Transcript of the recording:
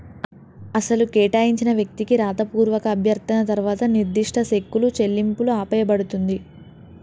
అసలు కేటాయించిన వ్యక్తికి రాతపూర్వక అభ్యర్థన తర్వాత నిర్దిష్ట సెక్కులు చెల్లింపులు ఆపేయబడుతుంది